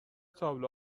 تابلو